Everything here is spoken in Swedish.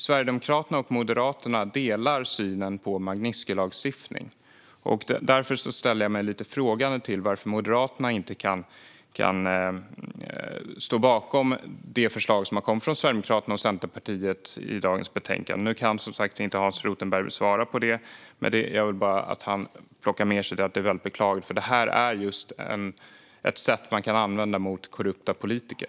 Sverigedemokraterna och Moderaterna delar synen på en Magnitskijlagstiftning. Därför ställer jag mig lite frågande till varför Moderaterna inte kan stå bakom det förslag som har kommit från Sverigedemokraterna och Centerpartiet i dagens betänkande. Nu kan, som sagt, Hans Rothenberg inte svara, men jag vill gärna att han plockar med sig att situationen är beklaglig. Förslaget visar på ett sätt att använda en lag mot korrupta politiker.